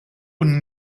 und